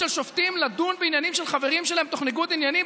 עצמאות של שופטים לדון בעניינים של חברים שלהם תוך ניגוד עניינים?